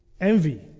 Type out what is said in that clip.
envy